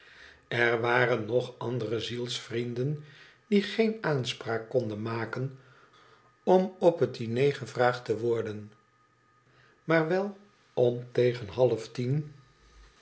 r waren nog andere zielsvrienden die geen aanspraak konden maken om op het diner gevraagd te worden maar wel omteen half tien